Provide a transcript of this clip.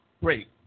great